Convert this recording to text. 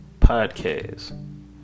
Podcast